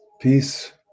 peace